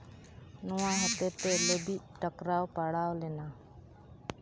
ᱱᱚᱣᱟ ᱦᱚᱛᱮᱛᱮ ᱞᱟᱹᱵᱤᱫ ᱴᱚᱠᱨᱟᱣ ᱯᱟᱲᱟᱣ ᱞᱮᱱᱟ